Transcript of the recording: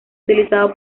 utilizado